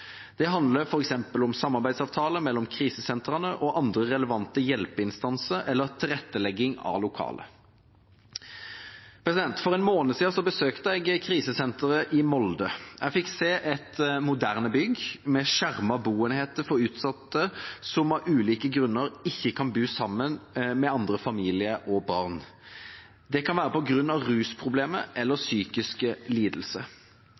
Det handler f.eks. om samarbeidsavtaler mellom krisesentrene og andre relevante hjelpeinstanser eller tilrettelegging av lokaler. For en måned siden besøkte jeg krisesenteret i Molde. Jeg fikk se et moderne bygg med skjermede boenheter for utsatte personer som av ulike grunner ikke kan bo sammen med andre familier og barn. Det kan være på grunn av rusproblemer eller